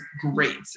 great